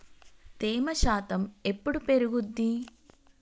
తేమ శాతం ఎప్పుడు పెరుగుద్ది?